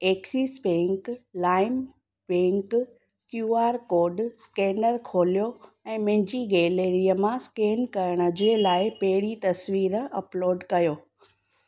axis bank lime bank Q R code scanner खोलियो ऐं मुंहिंजी गैलरीअ मां स्केन करण जे लाइ पहिंरीं तस्वीर अपलोड कयो